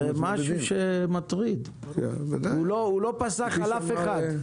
זה משהו מטריד, הוא לא פסח על אף אחד.